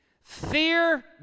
fear